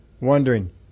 Wondering